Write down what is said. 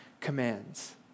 commands